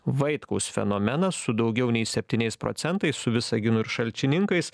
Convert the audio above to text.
vaitkaus fenomeną su daugiau nei septyniais procentais su visaginu ir šalčininkais